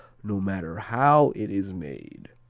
no matter how it is made.